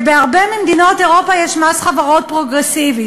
בהרבה ממדינות אירופה יש מס חברות פרוגרסיבי.